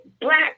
black